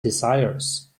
desires